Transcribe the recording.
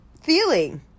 feeling